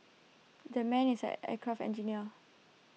that man is an aircraft engineer